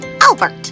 Albert